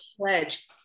pledge